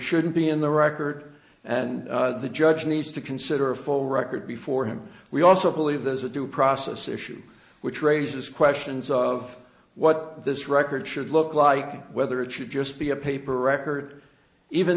shouldn't be in the record and the judge needs to consider a full record before him we also believe there's a due process issue which raises questions of what this record should look like whether it should just be a paper record even